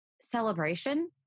celebration